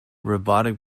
robotic